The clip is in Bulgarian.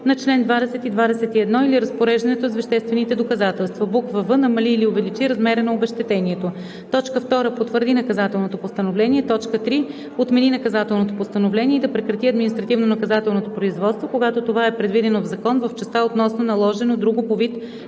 на чл. 20 и 21 или разпореждането с веществените доказателства; в) намали или увеличи размера на обезщетението; 2. потвърди наказателното постановление; 3. отмени наказателното постановление и да прекрати административнонаказателното производство, когато това е предвидено в закон – в частта относно наложено друго по вид